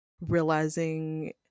realizing